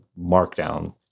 Markdown